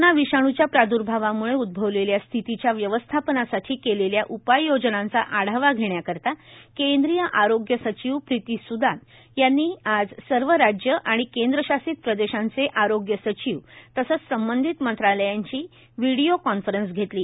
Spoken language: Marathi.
कोरोना विषाण्च्या प्राद्र्भावाम्ळे उद्भवलेल्या स्थितीच्या व्यवस्थापनासाठी केलेल्या उपायोजनांचा आढावा घेण्याकरता केंद्रीय आरोग्य सचिव प्रिती सुदान यांनी आज सर्व राज्य आणि केंद्रशासित प्रदेशांचे आरोग्य सचिव तसंच संबंधित मंत्रालयांची व्हिडीओ कॉन्फरन्स घेतली